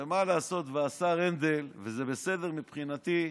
ומה לעשות שהשר הנדל, וזה בסדר מבחינתי,